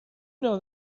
know